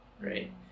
right